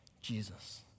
Jesus